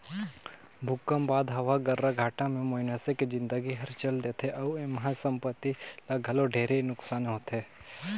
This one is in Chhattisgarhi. भूकंप बाद हवा गर्राघाटा मे मइनसे के जिनगी हर चल देथे अउ एम्हा संपति ल घलो ढेरे नुकसानी होथे